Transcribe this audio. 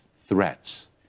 threats